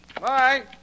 Bye